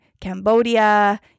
Cambodia